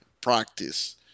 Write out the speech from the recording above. practice